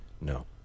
No